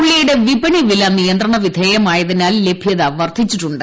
ഉള്ളിയുടെ വിപണി വില നിയന്ത്രണ വിധേയമായതിനാൽ ലഭ്യത വർദ്ധിച്ചിട്ടുണ്ട്